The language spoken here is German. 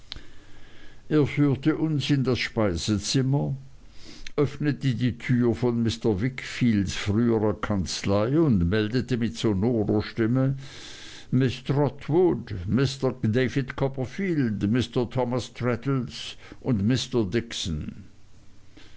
er führte uns in das speisezimmer öffnete die tür von mr wickfields früherer kanzlei und meldete mit sonorer stimme miß trotwood mr david copperfield mr thomas traddles und mr dixon